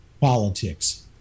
politics